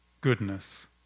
goodness